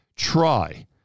Try